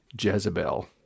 Jezebel